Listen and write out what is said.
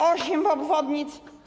Osiem obwodnic.